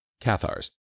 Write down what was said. Cathars